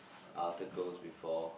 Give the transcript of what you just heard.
articles before